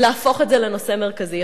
להפוך את זה לנושא מרכזי.